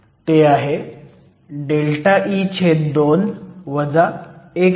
तए आहे ∆E2 12